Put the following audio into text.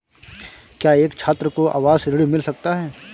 क्या एक छात्र को आवास ऋण मिल सकता है?